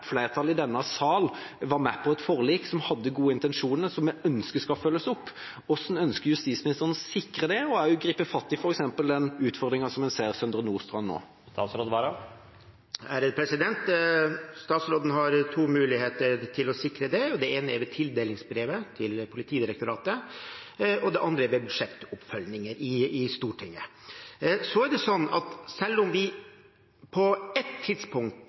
Flertallet i denne salen har vært med på et forlik som hadde gode intensjoner, og som vi ønsker skal følges opp. Hvordan ønsker justisministeren å sikre det? Og hvordan vil han gripe fatt i f.eks. den utfordringen som vi ser i Søndre Nordstrand nå? Statsråden har to muligheter til å sikre det. Det ene er ved tildelingsbrevet til Politidirektoratet, og det andre er ved budsjettoppfølging i Stortinget. Selv om vi på ett tidspunkt